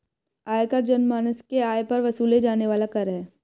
आयकर जनमानस के आय पर वसूले जाने वाला कर है